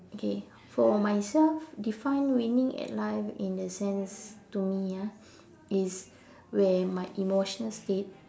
okay for myself define winning at life in the sense to me ah is where my emotional state